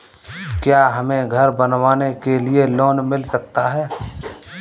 क्या हमें घर बनवाने के लिए लोन मिल सकता है?